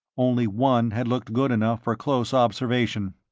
only one had looked good enough for close observation.